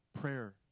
Prayer